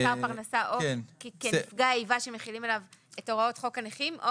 פרנסה או כנפגע איבה שמחילים עליו את הוראות חוק הנכים,